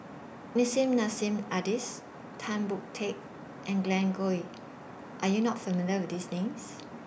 Nissim Nassim Adis Tan Boon Teik and Glen Goei Are YOU not familiar with These Names